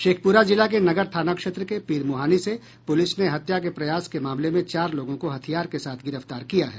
शेखपुरा जिला के नगर थाना क्षेत्र के पीरमुहानी से पुलिस ने हत्या के प्रयास के मामले में चार लोगो को हथियार के साथ गिरफ्तार किया है